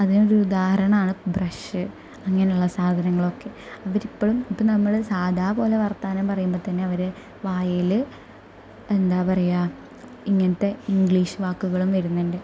അതിനൊരുദാഹരണമാണ് brush അങ്ങനെയുള്ള സാധനങ്ങളൊക്കെ അവരിപ്പോഴും ഇപ്പം നമ്മൾ സാദാ പോലെ വർത്താനം പറയുമ്പം തന്നെ അവർ വായേല് എന്താ പറയുക ഇങ്ങനത്തെ ഇംഗ്ലീഷ് വാക്കുകളും വരുന്നുണ്ട്